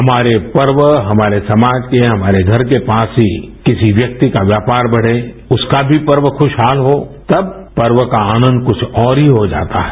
हमारे पर्व हमारे समाज को हमारे घर के पास ही किसी व्यक्ति का व्यापार बढ़े उसका भी पर्व खुशहाल हो तब पर्व का आनंद कुछ और ही हो जाता है